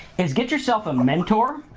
is get yourself a mentor